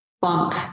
bump